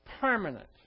permanent